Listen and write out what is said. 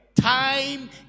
time